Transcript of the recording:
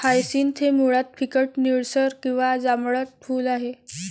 hyacinth हे मुळात फिकट निळसर किंवा जांभळट फूल आहे